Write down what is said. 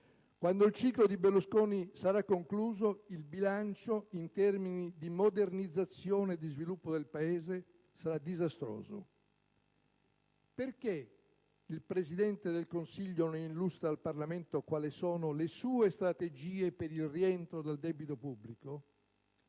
Quando il ciclo di Berlusconi sarà concluso, il bilancio in termini di modernizzazione e di sviluppo del Paese sarà disastroso. Perché il Presidente del Consiglio non illustra al Parlamento quali sono le sue strategie per il rientro dal debito pubblico?